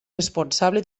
responsable